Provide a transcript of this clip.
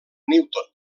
newton